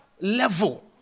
level